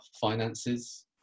finances